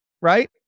Right